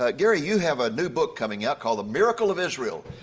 ah gary, you have a new book coming out called, the miracle of israel.